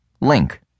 Link